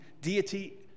deity